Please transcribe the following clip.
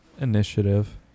initiative